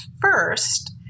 first